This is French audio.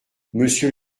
monsieur